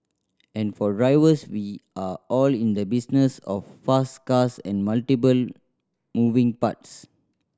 and for drivers we are all in the business of fast cars and multiple moving parts